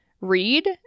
read